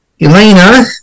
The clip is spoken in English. Elena